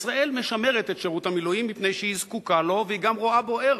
ישראל משמרת את שירות המילואים מפני שהיא זקוקה לו והיא גם רואה בו ערך.